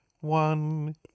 One